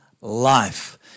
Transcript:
life